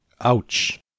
Ouch